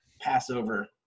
Passover